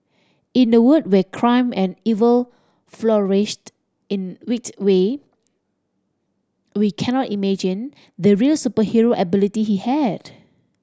in a world where crime and evil flourished in wicked way we cannot imagine the real superhero ability he had